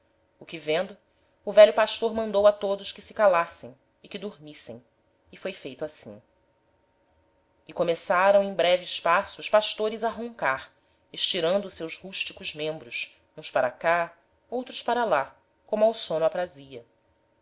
o que vendo o velho pastor mandou a todos que se calassem e que dormissem e foi feito assim e começaram em breve espaço os pastores a roncar estirando seus rusticos membros uns para cá outros para lá como ao sôno aprazia